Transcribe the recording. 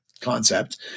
concept